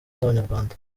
z’abanyarwanda